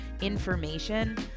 information